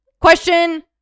Question